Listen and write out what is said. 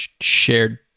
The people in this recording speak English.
shared